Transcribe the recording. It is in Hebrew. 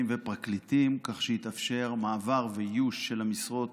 ופרקליטים כך שיתאפשר מעבר ואיוש של המשרות